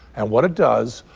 and what it does,